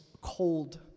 cold